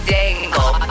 Dangle